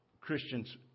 Christians